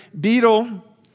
Beetle